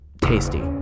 tasty